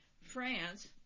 France